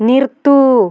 നിർത്തൂ